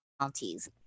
counties